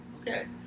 Okay